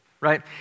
right